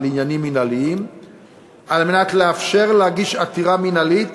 לעניינים מינהליים כדי לאפשר להגיש עתירה מינהלית